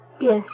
Yes